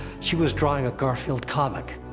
she was drawing a garfield comic.